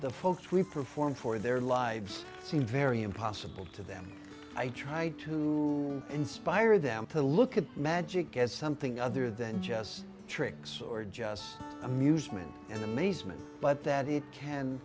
the folks we perform for their lives seem very impossible to them i try to inspire them to look at magic as something other than just tricks or just amusement and amazement but that it can